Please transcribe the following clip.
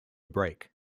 break